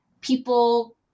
people